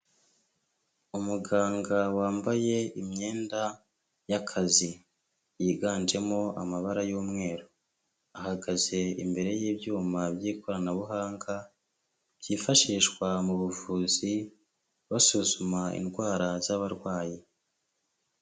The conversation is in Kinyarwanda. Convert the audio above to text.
Umuganga wambaye imyenda y'akazi, yiganjemo amabara y'umweru, ahagaze imbere y'ibyuma by'ikoranabuhanga, byifashishwa mu buvuzi basuzuma indwara z'abarwayi.